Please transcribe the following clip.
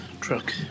truck